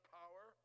power